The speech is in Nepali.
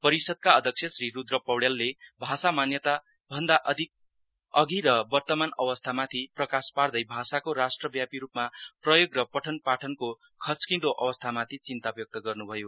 परिषदका अध्यक्ष श्री रूद्र पौड़यालले भाषा मान्यता भन्दा अधि र वर्तमान अवस्थामाथि प्रकाश पार्दै भाषाको राष्ट्रव्यापिहरूमा प्रयोग र पठन पाठनको खच्किदो अवश्यामाथि चिन्ता व्यक्त गर्नुभयो